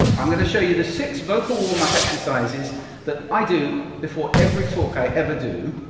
i'm going to show you the six vocal warm-up exercises that i do before every talk i ever do.